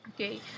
Okay